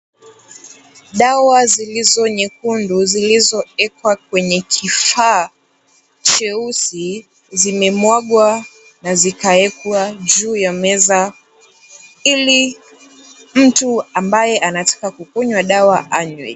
Dawa zilizo nyekundu zilizowekwa kwenye kifaa cheusi zimemwagwaa na zikawekwa juu ya meza ili mtu anayetaka kukunywa dawa anywe.